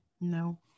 no